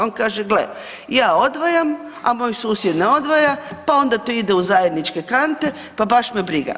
On kaže gle, ja odvajam, a moj susjed ne odvaja pa onda to ide u zajedničke kante pa baš me briga.